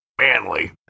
manly